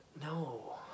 no